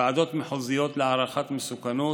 ועדות מחוזיות להערכת מסוכנות,